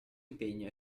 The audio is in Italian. impegno